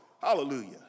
hallelujah